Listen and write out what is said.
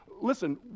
listen